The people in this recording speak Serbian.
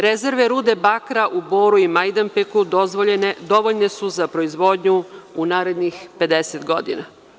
Rezerve rude bakra u Boru i Majdanpeku dovoljne su za proizvodnju u narednih 50 godina.